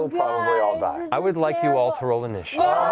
ah i would like you all to roll initiative.